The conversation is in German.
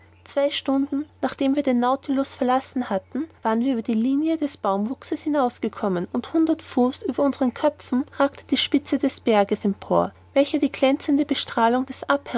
zwei stunden nachdem wir den nautilus verlassen hatten waren wir über die linie des baumwuchses hinaus gekommen und hundert fuß über unseren köpfen ragte die spitze des berges empor welcher die glänzende bestrahlung des